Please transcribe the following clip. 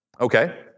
Okay